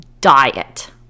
diet